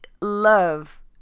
love